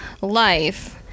life